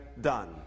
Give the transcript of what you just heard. done